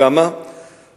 כשהיא קמה,